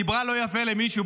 היא דיברה לא יפה למישהו.